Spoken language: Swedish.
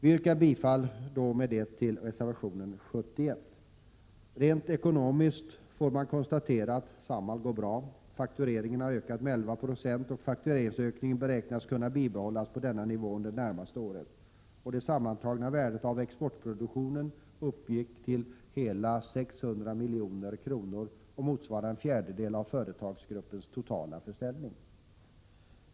Vi yrkar bifall till reservation TG Rent ekonomiskt får man konstatera att Samhall går bra. Faktureringen har ökat med 11 96, och faktureringsökningen beräknas kunna bibehållas på denna nivå under de närmaste åren. Det sammanlagda värdet av exportproduktionen uppgick till hela 600 milj.kr., vilket motsvarar ungefär en fjärdedelav företagsgruppens totala försäljning.